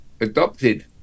adopted